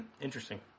Interesting